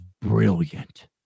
brilliant